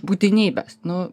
būtinybės nu